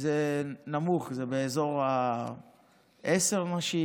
זה באזור עשר נשים,